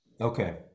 Okay